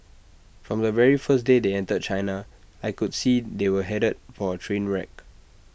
from the very first day they entered China I could see they were headed for A train wreck